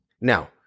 now